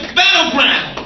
battleground